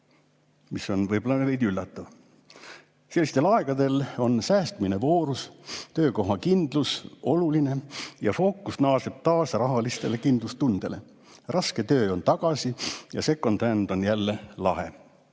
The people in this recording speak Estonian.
See on võib-olla veidi üllatav. Sellistel aegadel on säästmine voorus, töökoha kindlus oluline ja fookus naaseb taas rahalisele kindlustundele. Raske töö on tagasi jasecond handon jälle lahe.